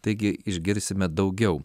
taigi išgirsime daugiau